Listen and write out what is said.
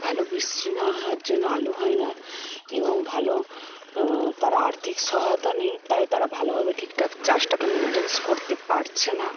ভালো বৃষ্টি না হওয়ার জন্য আলু হয় না এবং ভালো তারা আর্থিক সহায়তা নেই তারা ভালোভাবে ঠিক ঠাক চাষটাকে মেনটেন করতে পারছে না